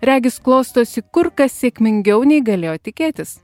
regis klostosi kur kas sėkmingiau nei galėjo tikėtis